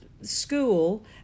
School